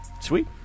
sweet